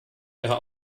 ihrer